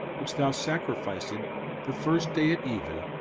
which thou sacrificedst the first day at even,